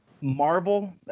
Marvel